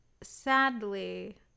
sadly